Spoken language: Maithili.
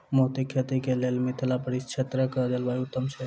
मोतीक खेती केँ लेल मिथिला परिक्षेत्रक जलवायु उत्तम छै?